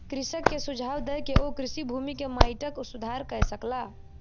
कृषक के सुझाव दय के ओ कृषि भूमि के माइटक सुधार कय सकला